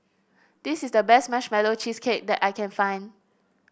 this is the best Marshmallow Cheesecake that I can find